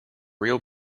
real